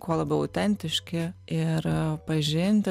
kuo labiau autentiški ir pažinti